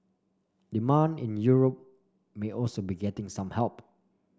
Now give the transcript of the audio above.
demand in Europe may also be getting some help